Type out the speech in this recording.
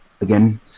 Again